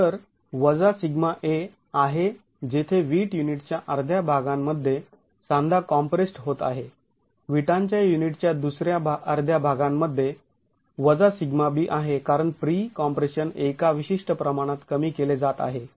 तर σa आहे जेथे वीट युनिटच्या अर्ध्या भागांमध्ये सांधा कॉम्प्रेस्ड् होत आहे विटांच्या युनिटच्या दुसऱ्या अर्ध्या भागांमध्ये σb आहे कारण प्री कॉम्प्रेशन एका विशिष्ट प्रमाणात कमी केले जात आहे